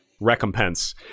recompense